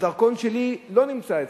הדרכון שלי לא נמצא אצלי,